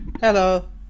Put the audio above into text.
Hello